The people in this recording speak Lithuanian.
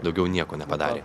daugiau nieko nepadarė